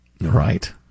Right